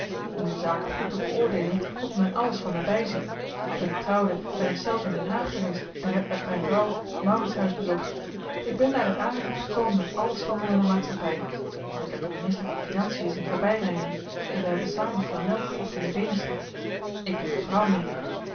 om de zaken goed te beoordeelen moet men alles van naby zien toen ik trouwde ben ik zelf in den haag geweest en heb met myn vrouw t mauritshuis bezocht ik ben daar in aanraking gekomen met alle standen van de maatschappy want ik heb den minister van financien zien voorbyryden en we hebben samen flanel gekocht in de veenestraat ik en myn vrouw meen ik en